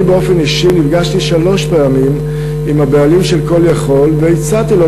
אני באופן אישי נפגשתי שלוש פעמים עם הבעלים של "Call יכול" והצעתי לו,